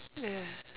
ya